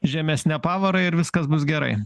žemesne pavara ir viskas bus gerai